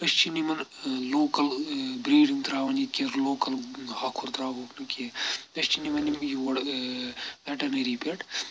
أسۍ چھِنہٕ یِمَن لوکَل بریٖڈِنٛگ ترٛاوَان یہِ کینٛہہ لوکَل ہۄکھُر ترٛاوہوکھ نہٕ کینٛہہ أسۍ چھِ نِوان یِم یور ویٹرنری پؠٹھ